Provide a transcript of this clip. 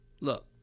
Look